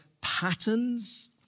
patterns